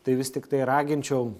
tai vis tiktai raginčiau